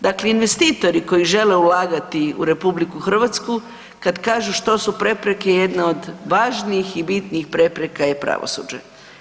Dakle, investitori koji žele ulagati u RH kad kažu što su prepreke jedna od važnijih i bitnijih prepreka je pravosuđe.